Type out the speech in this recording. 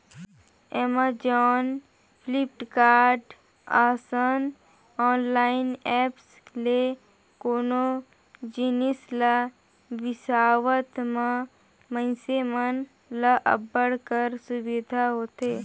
Amazon, Flipkart, असन online apps ले कोनो जिनिस ल बिसावत म मइनसे मन ल अब्बड़ कर सुबिधा होथे